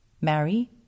marry